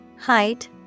height